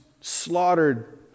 slaughtered